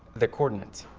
the coordinates. oh.